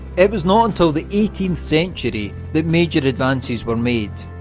it was not until the eighteenth century that major advances were made.